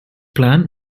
plan